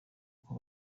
uko